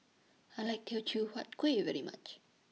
I like Teochew Huat Kuih very much